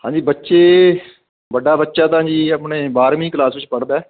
ਹਾਂਜੀ ਬੱਚੇ ਵੱਡਾ ਬੱਚਾ ਤਾਂ ਜੀ ਆਪਣੇ ਬਾਰਵੀਂ ਕਲਾਸ ਵਿੱਚ ਪੜ੍ਹਦਾ